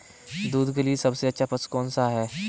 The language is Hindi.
दूध के लिए सबसे अच्छा पशु कौनसा है?